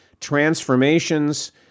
transformations